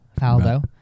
Faldo